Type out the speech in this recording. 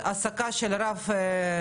שמה שמעניין אותם זה ההנאה האישית שלהם ומעטפות